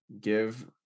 Give